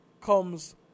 comes